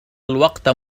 الوقت